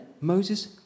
Moses